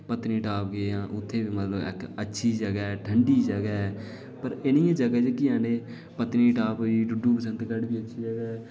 पत्नीटॉप गेआ उत्थै बी मज़ा ऐ इक अच्छी जगह ऐ ठंडी जगह ऐ पर एह्कियां जेह्ड़ियां जगह न पत्नीटॉप होई डुड्डू बसंतगढ़ बिच